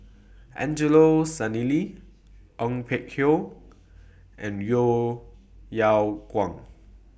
Angelo Sanelli Ong Peng Hock and Yeo Yeow Kwang